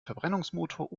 verbrennungsmotor